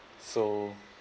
so